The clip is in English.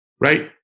right